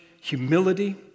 humility